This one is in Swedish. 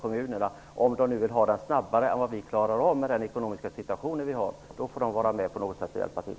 Om de nu vill ha den snabbare än vi klarar av i den rådande ekonomiska situationen, får de vara med på något sätt och hjälpa till.